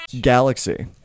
Galaxy